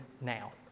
now